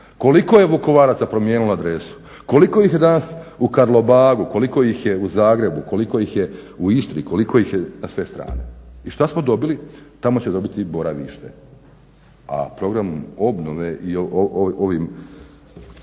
Koliko je Vukovaraca promijenilo adresu? Koliko ih je danas u Karlobagu, koliko ih je u Zagrebu, koliko ih je u Istri, koliko ih je na sve strane? I što smo dobili? Tamo će dobiti boravište, a program obnove i ovim